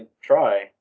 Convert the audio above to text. try